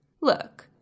Look